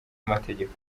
amategeko